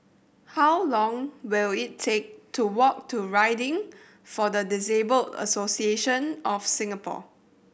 how long will it take to walk to Riding for the Disabled Association of Singapore